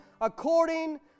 according